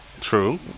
true